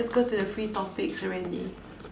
let's go to the free topics already